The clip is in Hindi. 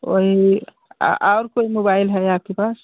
वही आ और कोई मोबाईल है आपके पास